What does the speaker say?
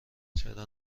چرا